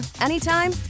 anytime